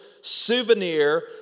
souvenir